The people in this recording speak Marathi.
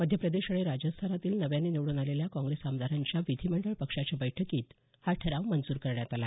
मध्यप्रदेश आणि राजस्थानमधील नव्याने निवड्रन आलेल्या काँग्रेस आमदारांच्या विधिमंडळ पक्षाच्या बैठकीत हा ठराव मंजूर करण्यात आला